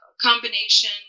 combination